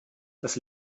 das